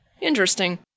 Interesting